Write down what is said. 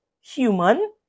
human